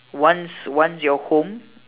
once once you're home